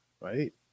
right